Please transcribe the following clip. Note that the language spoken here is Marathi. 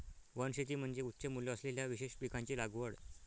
वनशेती म्हणजे उच्च मूल्य असलेल्या विशेष पिकांची लागवड